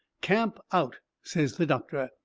camp out, says the doctor.